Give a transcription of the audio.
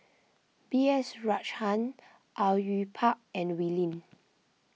B S Rajhans Au Yue Pak and Wee Lin